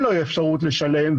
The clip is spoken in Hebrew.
אין אפשרות לשלם.